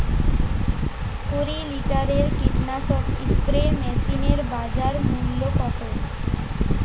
কুরি লিটারের কীটনাশক স্প্রে মেশিনের বাজার মূল্য কতো?